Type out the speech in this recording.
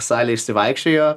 salė išsivaikščiojo